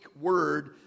word